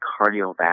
cardiovascular